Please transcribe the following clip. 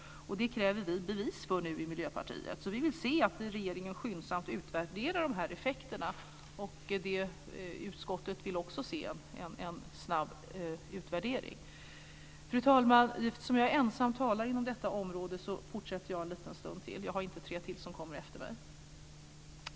Det kräver vi i Miljöpartiet nu bevis för. Vi vill se att regeringen skyndsamt utvärderar de här effekterna. Också utskottet vill se en snabb utvärdering. Fru talman! Eftersom jag är ensam talare inom detta område fortsätter jag en liten stund till. Jag har inte tre till som kommer efter mig.